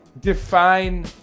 define